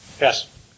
Yes